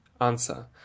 answer